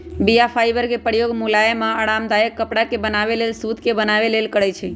बीया फाइबर के प्रयोग मुलायम आऽ आरामदायक कपरा के बनाबे लेल सुत के बनाबे लेल करै छइ